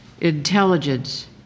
intelligence